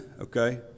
okay